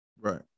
Right